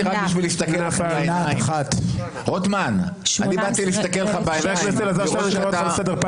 הצבעה לא אושרו.